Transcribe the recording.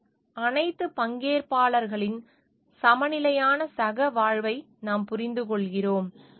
பின்னர் அனைத்து பங்கேற்பாளர்களின் சமநிலையான சகவாழ்வை நாம் புரிந்துகொள்கிறோம்